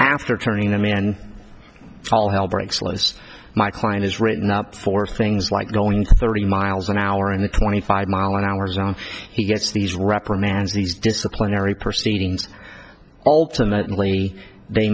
after turning a man and all hell breaks loose my client is written up for things like going thirty miles an hour and a twenty five mile an hour zone he gets these reprimands these disciplinary proceedings ultimately they